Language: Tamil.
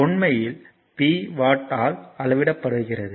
உண்மையில் p வாட் ஆல் அளவிடப்படுகிறது